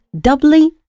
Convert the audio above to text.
doubly